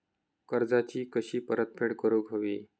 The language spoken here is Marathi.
कर्जाची कशी परतफेड करूक हवी?